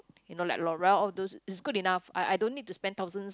you know like Laurel all those it's good enough I I don't need to spend thousands